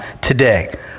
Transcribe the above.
today